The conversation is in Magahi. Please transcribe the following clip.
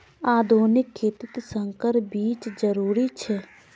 आधुनिक खेतित संकर बीज जरुरी छे